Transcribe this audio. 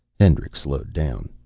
hendricks slowed down.